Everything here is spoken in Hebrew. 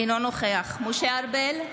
אינו נוכח משה ארבל,